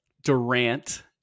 Durant